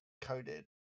coded